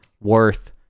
worth